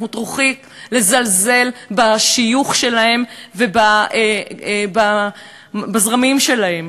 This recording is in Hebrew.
אנחנו טורחים לזלזל בשיוך שלהם ובזרמים שלהם.